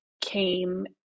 came